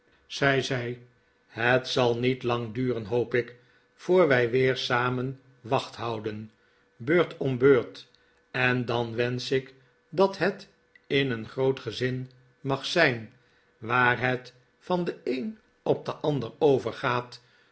zij het zal niet lang duren hoop ik voor wij weer samen wacht houden beurt om beurt en dan wensch ik dat het in een groot gezin mag zijn waar het van den een op den ander overgaat